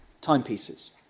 timepieces